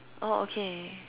oh okay